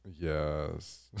Yes